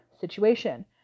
situation